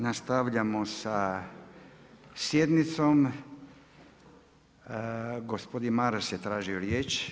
Nastavljamo sa sjednicom, gospodin Maras je tražio riječ.